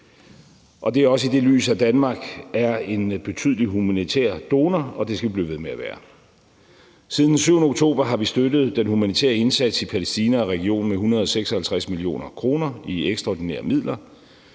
og det er også i det lys, at Danmark er en betydelig humanitær donor, og det skal vi blive ved med at være. Siden den 7. oktober har vi støttet den humanitære indsats i Palæstina og regionen med 156 mio. kr. i ekstraordinære midler,